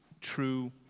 true